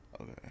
Okay